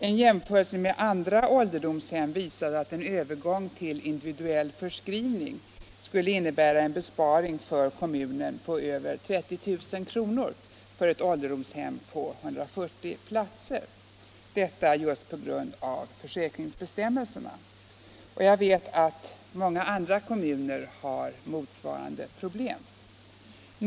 En jämförelse med andra ålderdomshem visade att övergång till individuell förskrivning skulle innebära en besparing för kommunen på över 30 000 kr. per år för ett ålderdomshem på 140 platser, just på grund av försäkringsbestämmelserna. Jag vet att många andra kommuner har motsvarande problem.